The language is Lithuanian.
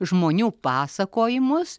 žmonių pasakojimus